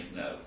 no